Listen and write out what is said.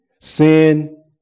Sin